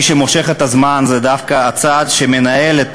מי שמושך את הזמן זה דווקא הצד שמנהל את